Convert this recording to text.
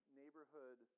neighborhood